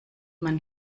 man